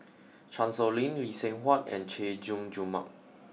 Chan Sow Lin Lee Seng Huat and Chay Jung Jun Mark